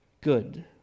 good